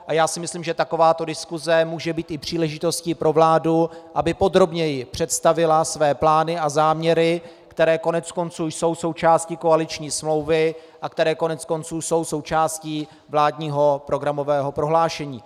A já si myslím, že takováto diskuse může být i příležitostí pro vládu, aby podrobněji představila své plány a záměry, které koneckonců jsou součástí koaliční smlouvy a které koneckonců jsou součástí vládního programového prohlášení.